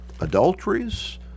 adulteries